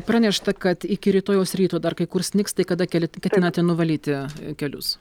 pranešta kad iki rytojaus ryto dar kai kur snigs tai kada keli ketinate nuvalyti kelius